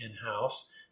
in-house